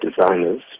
designers